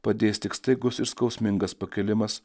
padės tik staigus ir skausmingas pakilimas